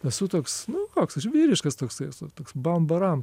esu toks nu koks aš vyriškas toksai esu toks bam baram